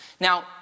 Now